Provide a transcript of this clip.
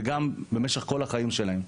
וגם במשך כל חייהם.